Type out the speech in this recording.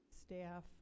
staff